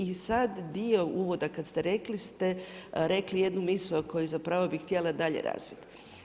I sad dio uvoda kad ste rekli ste rekli jednu misao koju zapravo bih htjela dalje razviti.